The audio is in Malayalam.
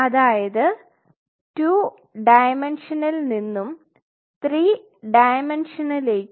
അതായത് 2 ഡയമെൻഷനിൽ നിന്നും 3 ഡയമെൻഷനിലേക്ക്